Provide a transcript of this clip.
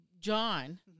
John